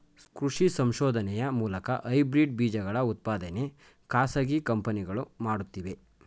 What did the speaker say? ಕೃಷಿ ಸಂಶೋಧನೆಯ ಮೂಲಕ ಹೈಬ್ರಿಡ್ ಬೀಜಗಳ ಉತ್ಪಾದನೆ ಖಾಸಗಿ ಕಂಪನಿಗಳು ಮಾಡುತ್ತಿವೆ